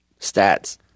stats